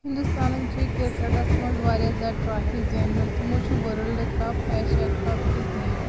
ہِندوستانن چھِ کِرکَٹس منٛز واریاہ زیادٕ ٹرافی زینمٕژ یِمو چھُ وٲرلڑ کَپ ایشیا کَپ تہِ زیٖنمٕتۍ